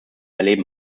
erleben